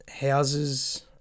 houses